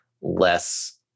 less